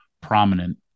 prominent